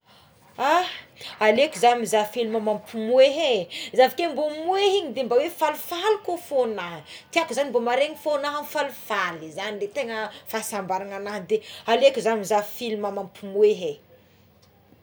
Ah aleoko za mizaha film mampimoe avekeo mba mimoe igny de mba hoe falifaly ko fognao tiako za mba mahare fogna aha falifaly amigny ilay tegna fahasambarana agna de aleko za mizaha le film mampimoe é.